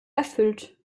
erfüllt